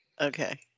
Okay